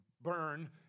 burn